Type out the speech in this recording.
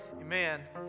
Amen